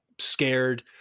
Scared